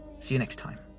see you next time.